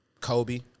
Kobe